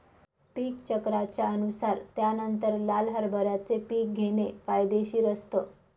पीक चक्राच्या अनुसार त्यानंतर लाल हरभऱ्याचे पीक घेणे फायदेशीर असतं